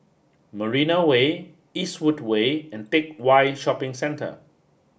Marina Way Eastwood Way and Teck Whye Shopping Centre